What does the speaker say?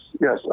yes